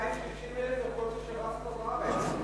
בינתיים 60,000 ערכות של שב"ס כבר בארץ.